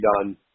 done